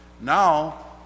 Now